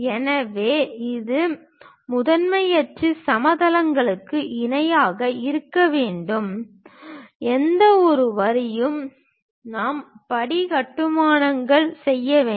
எனவே இந்த முதன்மை அச்சு சமதளங்களுக்கு இணையாக இருக்க வேண்டிய எந்தவொரு வரியும் நாம் படி கட்டுமானம் செய்ய வேண்டும்